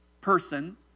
person